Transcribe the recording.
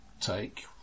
take